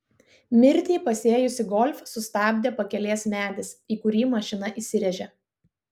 mirtį pasėjusį golf sustabdė pakelės medis į kurį mašina įsirėžė